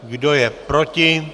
Kdo je proti?